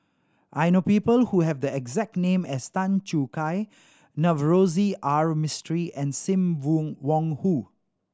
I know people who have the exact name as Tan Choo Kai Navroji R Mistri and Sim Wong Hoo